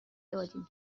دادیم